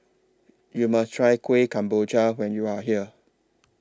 YOU must Try Kueh Kemboja when YOU Are here